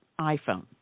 iPhone